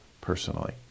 personally